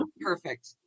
perfect